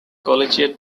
collegiate